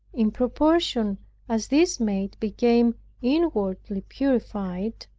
in proportion as this maid became inwardly purified,